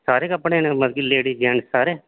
सारे कपड़े न मतलब लेडीज़ जेंट्स सारे